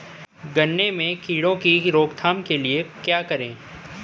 गन्ने में कीड़ों की रोक थाम के लिये क्या करें?